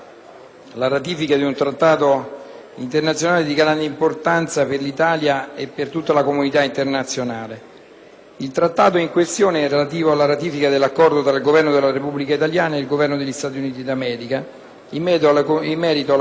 Il Trattato in questione è relativo alla ratifica dell'Accordo tra il Governo della Repubblica italiana e il Governo degli Stati Uniti d'America in merito alla conduzione di «ispezioni su sfida» da parte dell'Organizzazione per la proibizione delle armi chimiche (OPAC),